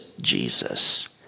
Jesus